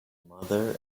mother